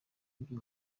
ibyo